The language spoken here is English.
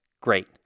great